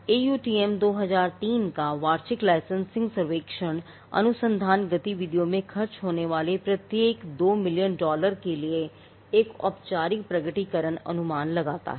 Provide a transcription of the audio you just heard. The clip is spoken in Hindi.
AUTM 2003 का वार्षिक लाइसेंसिंग सर्वेक्षण अनुसंधान गतिविधियों में खर्च होने वाले प्रत्येक 2 मिलियन डॉलर के लिए एक औपचारिक प्रकटीकरण अनुमान लगाता है